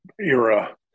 era